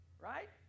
right